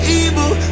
evil